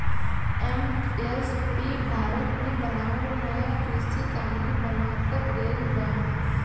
MSP Bharat मे बनावल नाया कृषि कानून बनाकर गइल बा